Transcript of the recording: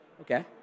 Okay